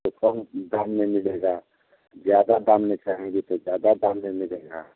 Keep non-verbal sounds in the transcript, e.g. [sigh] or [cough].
तो कम दाम में मिलेगा ज़्यादा दाम में साड़ी [unintelligible] ज़्यादा दाम में मिलेगा